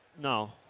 No